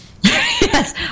Yes